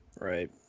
Right